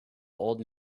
old